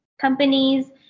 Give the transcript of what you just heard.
companies